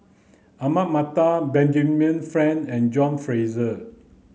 Ahmad Mattar Benjamin Frank and John Fraser